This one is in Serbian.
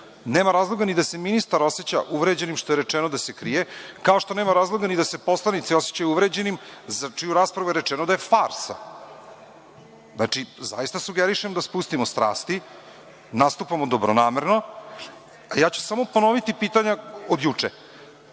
Nema razloga ni da se ministar oseća uvređenim što je rečeno da se krije, kao što nema razloga ni da se poslanici osećaju uvređenim za čiju raspravu je rečno da je farsa. Znači, zaista sugerišem da spustimo strasti. Nastupamo dobronamerno, a ja ću samo ponoviti pitanja od juče,